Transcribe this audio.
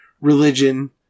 religion